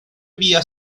vía